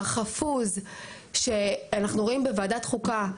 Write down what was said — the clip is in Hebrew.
החפוז שאנחנו רואים בוועדה החוקה,